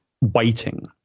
waiting